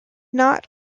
not